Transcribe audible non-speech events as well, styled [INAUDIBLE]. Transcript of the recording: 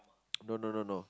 [NOISE] no no no no